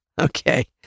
okay